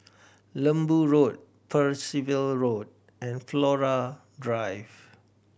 Lembu Road Percival Road and Flora Drive